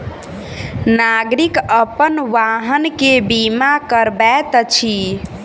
नागरिक अपन वाहन के बीमा करबैत अछि